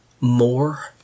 more